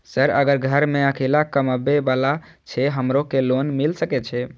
Sir अगर घर में अकेला कमबे वाला छे हमरो के लोन मिल सके छे?